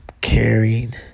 caring